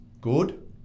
good